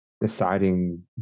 deciding